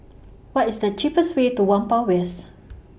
What IS The cheapest Way to Whampoa West